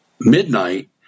midnight